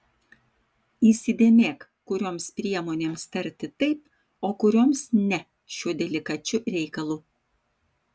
įsidėmėk kurioms priemonėms tarti taip o kurioms ne šiuo delikačiu reikalu